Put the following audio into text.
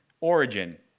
origin